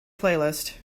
playlist